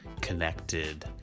connected